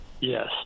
Yes